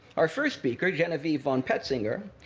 our first speaker, genevieve von petzinger,